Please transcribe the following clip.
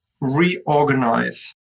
reorganize